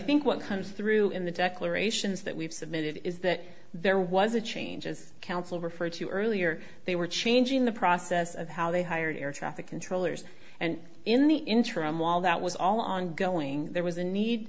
think what comes through in the declarations that we've submitted is that there was a change as counsel referred to earlier they were changing the process of how they hired air traffic controllers and in the interim while that was all ongoing there was a need